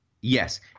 Yes